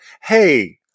hey –